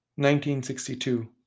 1962